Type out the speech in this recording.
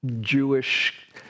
Jewish